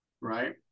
right